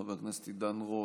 חבר הכנסת עידן רול,